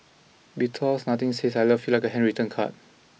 because nothing says I love you like a handwritten card